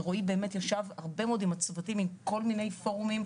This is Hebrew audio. ורועי באמת ישב הרבה מאוד עם הצוותים ועם כל מיני פורומים,